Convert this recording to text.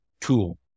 tool